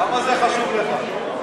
למה זה חשוב לך?